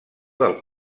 del